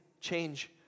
change